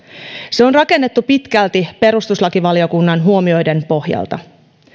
se on rakennettu pitkälti perustuslakivaliokunnan huomioiden pohjalta